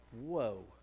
whoa